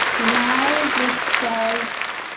now this says